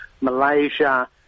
Malaysia